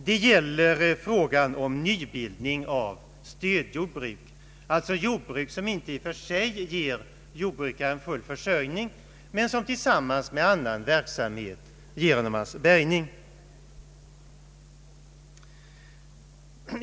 Det gäller frågan om nybildning av stödjordbruk, alltså jordbruk som inte ger jordbrukaren full försörjning men som tillsammans men annan verksamhet ger honom hans bärgning.